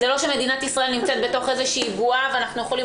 זה לא שמדינת ישראל נמצאת באיזה בועה ואנחנו יכולים